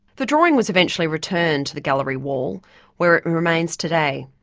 the drawing was eventually returned to the gallery wall where it remains today,